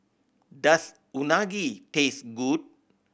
does Unagi taste good